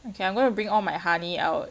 okay I'm gonna bring all my honey out